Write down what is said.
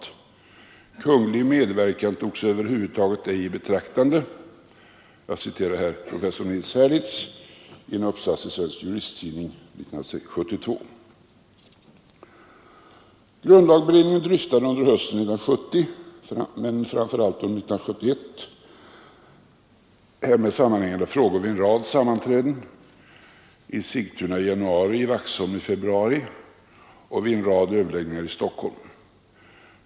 Kunglig medverkan ”togs över huvud taget ej i betraktande”. Jag citerar här professor Nils Herlitz i en uppsats i Svensk Juristtidning år 1972. Grundlagberedningen dryftade under hösten 1970 men framför allt under 1971 härmed sammanhängande frågor vid en rad sammanträden: i Sigtuna i januari, i Vaxholm i februari och vid en rad överläggningar i Stockholm.